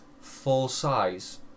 full-size